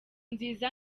nziza